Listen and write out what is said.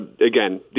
Again